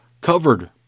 covered